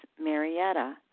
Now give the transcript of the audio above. Marietta